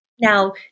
Now